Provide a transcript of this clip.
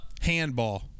Handball